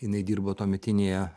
jinai dirbo tuometinėje